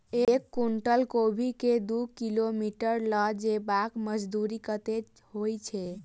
एक कुनटल कोबी केँ दु किलोमीटर लऽ जेबाक मजदूरी कत्ते होइ छै?